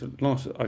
last